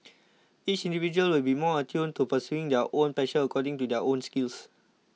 each individual will be more attuned to pursuing their own passions according to their own skills